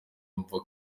bumva